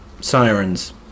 sirens